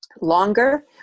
longer